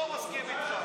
לא מסכים איתך.